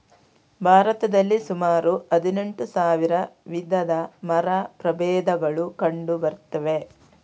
ಭಾರತದಲ್ಲಿ ಸುಮಾರು ಹದಿನೆಂಟು ಸಾವಿರ ವಿಧದ ಮರ ಪ್ರಭೇದಗಳು ಕಂಡು ಬರ್ತವೆ